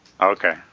Okay